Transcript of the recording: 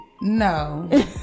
No